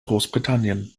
großbritannien